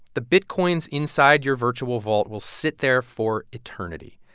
the bitcoins inside your virtual vault will sit there for eternity.